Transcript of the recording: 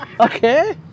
Okay